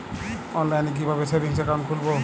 অনলাইনে কিভাবে savings account খুলবো?